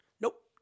Nope